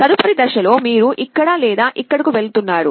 తదుపరి దశ లో మీరు ఇక్కడ లేదా ఇక్కడకు వెళుతున్నారు